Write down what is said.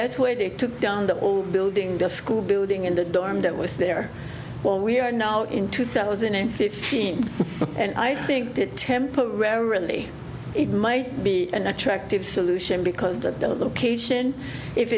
that's why they took down the old building the school building in the dorm that was there well we are now in two thousand and fifteen and i think that temporarily it might be an attractive solution because that the cation if